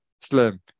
slim